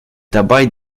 dabei